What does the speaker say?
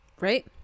Right